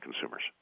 consumers